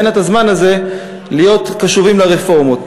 אין לה הזמן הזה להיות קשובים לרפורמות.